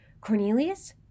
Cornelius